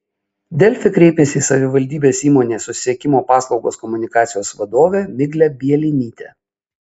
delfi kreipėsi į savivaldybės įmonės susisiekimo paslaugos komunikacijos vadovę miglę bielinytę